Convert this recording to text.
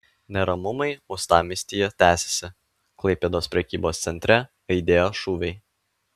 neramumai uostamiestyje tęsiasi klaipėdos prekybos centre aidėjo šūviai